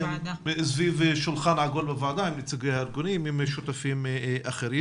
סביב שולחן עגול בוועדה עם הארגונים ושותפים אחרים,